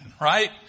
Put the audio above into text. right